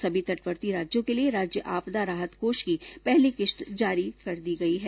सभी तटवर्ती राज्यों के लिए राज्य आपदा राहत कोष की पहली किश्त जारी कर दी गई है